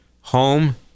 home